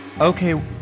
Okay